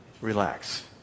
relax